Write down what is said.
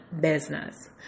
business